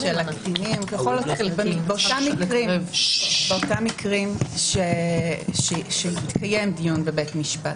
באותם מקרים שמתקיים דיון בבית משפט,